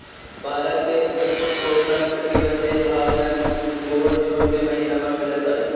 भारत के उपोष्णकटिबंधीय भाग में अंगूर जून के महिना में मिलत हवे